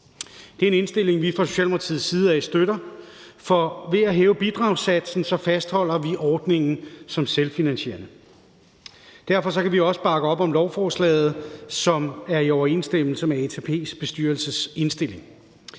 Det er en indstilling, vi støtter fra Socialdemokratiets side, for ved at hæve bidragssatsen fastholder vi ordningen som selvfinansierende. Derfor kan vi også bakke op om lovforslaget, som er i overensstemmelse med ATP's bestyrelses indstilling.